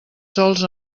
sols